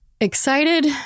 Excited